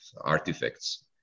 artifacts